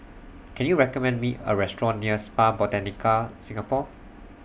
Can YOU recommend Me A Restaurant near Spa Botanica Singapore